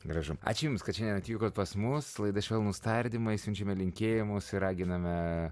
gražu ačiū jums kad šiandien atvykot pas mus laida švelnūs tardymai siunčiame linkėjimus ir raginame